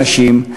הנשים,